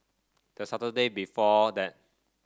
the Saturday before that